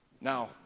Now